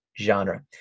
genre